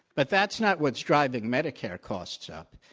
but that's not what's driving medicare costs up.